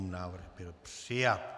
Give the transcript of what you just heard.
Návrh byl přijat.